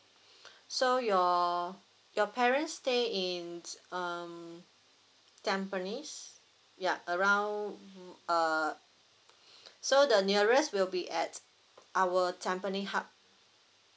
so your your parents stay in um tampines ya around mm uh so the nearest will be at our tampines hub